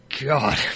God